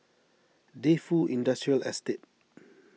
Defu Industrial Estate